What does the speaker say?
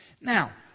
Now